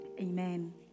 Amen